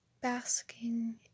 basking